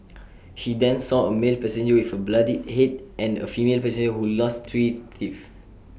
she then saw A male passenger with A bloodied Head and A female passenger who lost three teeth